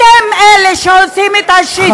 אתם אלה שעושים את השיסוי.